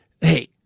hey